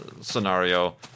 scenario